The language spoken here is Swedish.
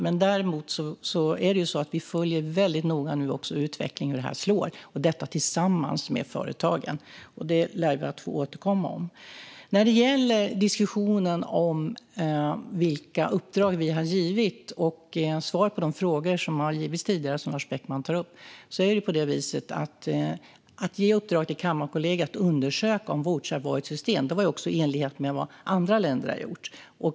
Men vi följer nu, tillsammans med företagen, väldigt noga utvecklingen för att se hur detta slår. Det lär vi få återkomma om. Lars Beckman tar upp diskussionen om vilka uppdrag som vi har gett och svaren på de frågor som har getts tidigare. Att ge i uppdrag till Kammarkollegiet att undersöka om vouchrar kan vara ett system var i enlighet med vad andra länder har gjort.